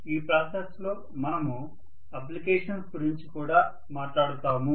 ఈ ప్రాసెస్ లో మనము అప్లికేషన్స్ గురించి కూడా మాట్లాడుతాము